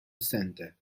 center